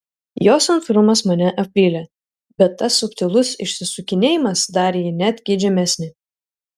jo santūrumas mane apvylė bet tas subtilus išsisukinėjimas darė jį net geidžiamesnį